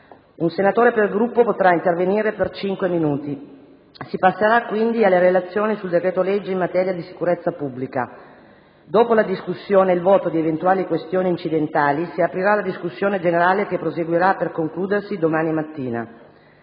Un senatore per Gruppo potrà poi intervenire per 5 minuti. Si passerà quindi alle relazioni sul decreto-legge in materia di sicurezza pubblica. Dopo la discussione e il voto di eventuali questioni incidentali, si aprirà la discussione generale che proseguirà, per concludersi, domani mattina.